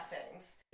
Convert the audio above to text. blessings